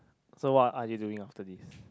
so what are you doing after this